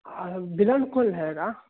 हाँ हाँ बिलेन कौन रहेगा